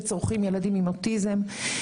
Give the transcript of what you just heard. שצורכים ילדים עם אוטיזם,